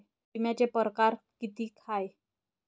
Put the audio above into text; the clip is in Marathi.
बिम्याचे परकार कितीक हाय?